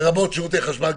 לרבות שירותי חשמל,